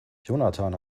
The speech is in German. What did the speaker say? jonathan